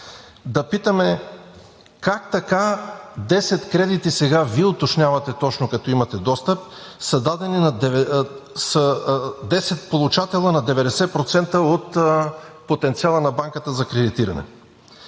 да питаме: как така 10 кредита сега, Вие уточнявате точно, като имате достъп, са дадени на 10 получателя? На 90% от потенциала на Банката за кредитиране.